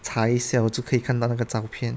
查一下我就可以看到那个照片